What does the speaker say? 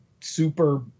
super